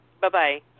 bye-bye